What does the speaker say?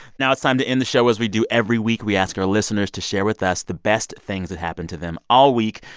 now it's time to end the show as we do every week. we ask our listeners to share with us the best things that happened to them all week.